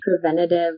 preventative